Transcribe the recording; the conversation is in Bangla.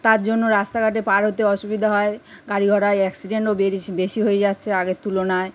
তার জন্য রাস্তাঘাটে পার হতে অসুবিধা হয় গাড়ি ঘোড়ায় অ্যাক্সিডেন্টও বেড়েছে বেশি হয়ে যাচ্ছে আগের তুলনায়